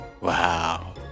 Wow